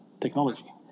technology